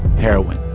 heroin